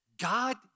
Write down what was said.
God